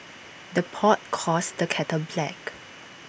the pot calls the kettle black